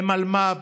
למלמ"ב,